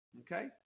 okay